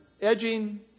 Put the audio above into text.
edging